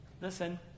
listen